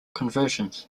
conversions